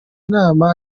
inama